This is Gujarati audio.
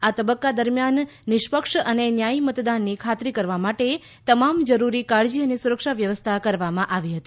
આ તબક્કા દરમ્યાન નિષ્પક્ષ અને ન્યાયી મતદાનની ખાતરી કરવા માટે તમામ જરૂરી કાળજી અને સુરક્ષા વ્યવસ્થા કરવામાં આવી હતી